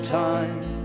time